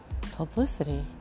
publicity